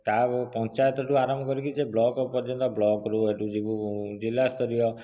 ତା ପଞ୍ଚାୟତଠୁ ଆରମ୍ଭ କରିକି ସେ ବ୍ଲକ୍ ପର୍ଯ୍ୟନ୍ତ ବ୍ଲକ୍ରୁ ଯିବୁ ଜିଲ୍ଲା ସ୍ତରୀୟ